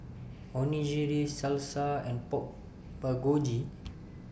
Onigiri Salsa and Pork Bulgogi